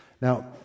Now